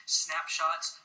snapshots